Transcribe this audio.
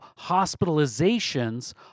hospitalizations